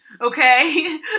Okay